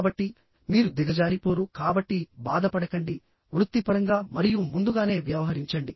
కాబట్టి మీరు దిగజారిపోరు కాబట్టి బాధపడకండి వృత్తిపరంగా మరియు ముందుగానే వ్యవహరించండి